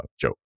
joke